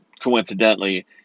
coincidentally